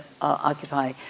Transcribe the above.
Occupy